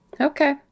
okay